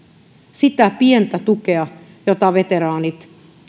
sitä pientä tukea jota veteraanit